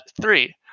three